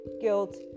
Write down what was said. guilt